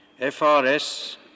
FRS